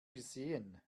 gesehen